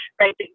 right